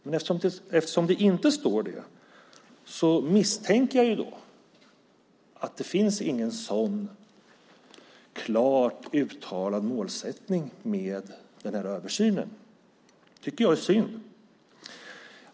Men eftersom det inte står misstänker jag att det inte finns någon sådan klart uttalad målsättning med översynen. Det tycker jag är synd.